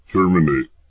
Terminate